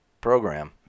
program